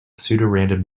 pseudorandom